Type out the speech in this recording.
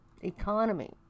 economy